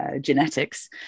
genetics